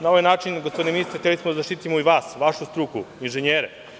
Na ovaj način, gospodine ministre, hteli smo da zaštitimo vas, vašu struku, inženjere.